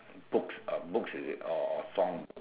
books uh books is it or song